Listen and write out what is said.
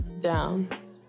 down